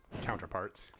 counterparts